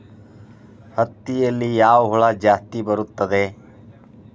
ಹತ್ತಿಯಲ್ಲಿ ಯಾವ ಹುಳ ಜಾಸ್ತಿ ಬರುತ್ತದೆ?